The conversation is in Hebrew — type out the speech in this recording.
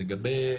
לגבי,